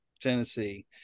Tennessee